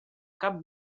cap